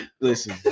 Listen